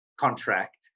contract